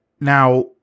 Now